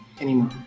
anymore